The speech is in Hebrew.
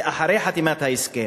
זה אחרי חתימת ההסכם.